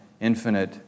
infinite